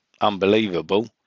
unbelievable